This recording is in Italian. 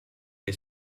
che